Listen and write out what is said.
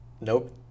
Nope